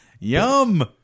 Yum